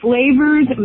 Flavors